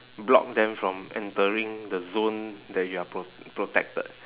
block them from entering the zone that you are pro~ protected